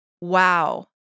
Wow